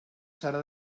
serà